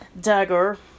dagger